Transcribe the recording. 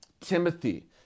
Timothy